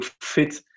fit